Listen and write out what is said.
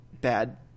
bad